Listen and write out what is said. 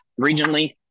regionally